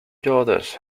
daughters